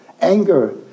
Anger